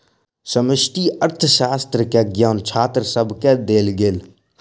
समष्टि अर्थशास्त्र के ज्ञान छात्र सभके देल गेल